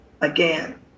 again